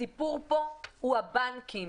הסיפור פה הוא הבנקים.